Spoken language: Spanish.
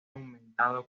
aumentado